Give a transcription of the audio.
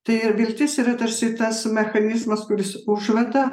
tai viltis yra tarsi tas mechanizmas kuris užveda